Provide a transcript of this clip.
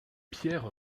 pierre